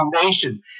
foundation